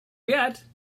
yet